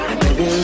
baby